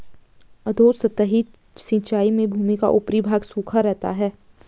अधोसतही सिंचाई में भूमि का ऊपरी भाग सूखा रहता है